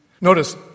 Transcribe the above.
Notice